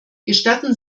gestatten